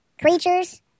creatures